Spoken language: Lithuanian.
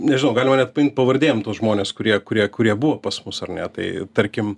nežinau galima net paimt pavardėm tuos žmones kurie kurie kurie buvo pas mus ar ne tai tarkim